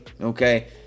Okay